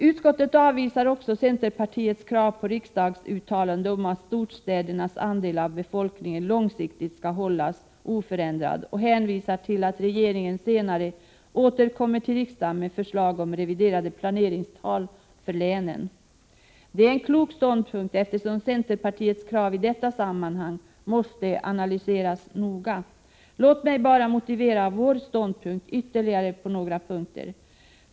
Utskottet avvisar också centerpartiets krav på ett riksdagsuttalande om att storstädernas andel av befolkningen långsiktigt skall hållas oförändrad och hänvisar till att regeringen senare återkommer till riksdagen med förslag om reviderade planeringstal för länen. Detta är en klok ståndpunkt, eftersom centerpartiets krav i detta sammanhang måste analyseras noga. Låt mig bara motivera vår ståndpunkt ytterligare på några punkter.